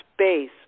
space